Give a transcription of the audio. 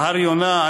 בהר-יונה,